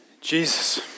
Jesus